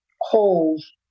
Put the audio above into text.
holes